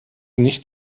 nicht